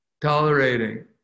tolerating